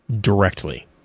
directly